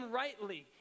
rightly